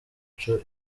ico